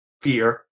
fear